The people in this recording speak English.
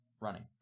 running